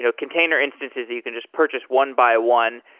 ah container instances that you can just purchase one by one.